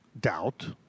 doubt